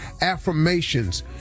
affirmations